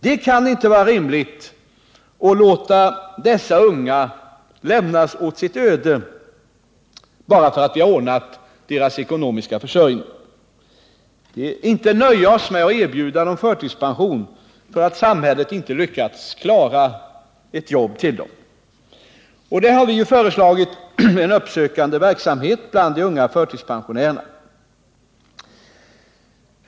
Det kan inte vara rimligt att dessa unga människor lämnas åt sitt öde, bara därför att vi har ordnat deras ekonomiska försörjning. Vi får inte nöja oss med att erbjuda de unga förtidspension, därför att samhället inte lyckas ordna ett jobb till dem. Vi har föreslagit en uppsökande verksamhet bland de unga förtidspensionärerna.